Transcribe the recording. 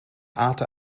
aten